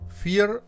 fear